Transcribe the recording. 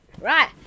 Right